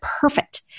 perfect